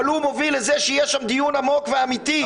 אבל הוא מוביל לזה שיהיה שם דיון עמוק ואמיתי.